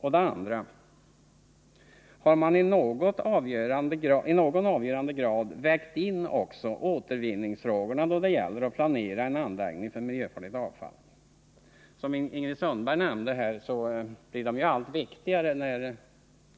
2. Har man i någon avgörande grad vägt in också återvinningsfrågorna då det gällt att planera en anläggning för miljöfarligt avfall? Som Ingrid Sundberg nämnde blir ju återvinning allt viktigare när